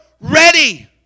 ready